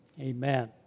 amen